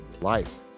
life